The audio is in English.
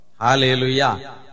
Hallelujah